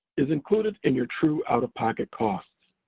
is included in your true out of pocket costs.